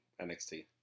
NXT